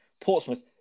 Portsmouth